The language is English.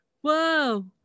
Whoa